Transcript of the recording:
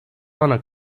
ana